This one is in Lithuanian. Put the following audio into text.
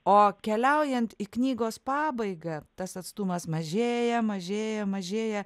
o keliaujant į knygos pabaigą tas atstumas mažėja mažėja mažėja